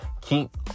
keep